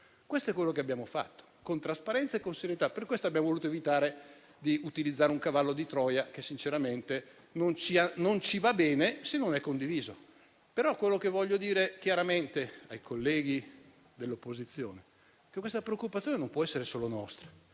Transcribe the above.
Questo è quanto abbiamo fatto, con trasparenza e serietà, e per questo abbiamo voluto evitare di utilizzare un cavallo di Troia, che sinceramente non ci va bene se non è condiviso. Quello che voglio dire ai colleghi dell'opposizione è che la preoccupazione non può essere solo nostra.